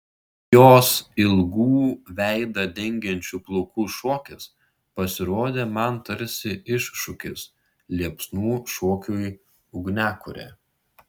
jos ilgų veidą dengiančių plaukų šokis pasirodė man tarsi iššūkis liepsnų šokiui ugniakure